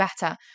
better